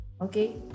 okay